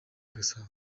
gasabo